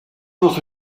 was